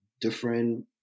different